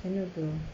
lagi apa